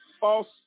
false